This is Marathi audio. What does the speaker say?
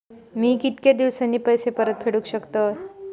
मी कीतक्या दिवसांनी पैसे परत फेडुक शकतय?